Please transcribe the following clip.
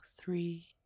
three